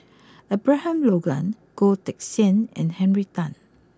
Abraham Logan Goh Teck Sian and Henry Tan